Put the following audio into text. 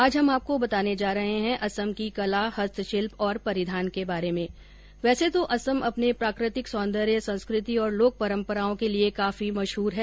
आज हम आपको बताने जा रहे है असम की कला हस्तशिल्प और परिधान के बारे में वैसे तो असम अपने प्राकृतिक सौन्दर्य संस्कृति और लोक परम्पराओं के लिए काफी मशहूर है